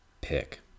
pick